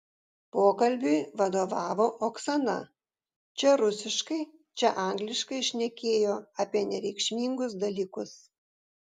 pokalbiui vadovavo oksana čia rusiškai čia angliškai šnekėjo apie nereikšmingus dalykus